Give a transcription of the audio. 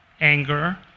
anger